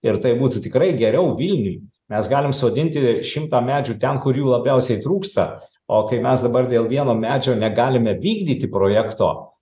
ir tai būtų tikrai geriau vilniui mes galim sodinti šimtą medžių ten kur jų labiausiai trūksta o kai mes dabar dėl vieno medžio negalime vykdyti projekto